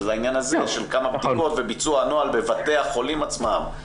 אבל לעניין של כמה בדיקות וביצוע הנוהל בבתי החולים עצמם,